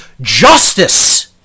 justice